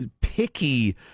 picky